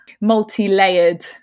multi-layered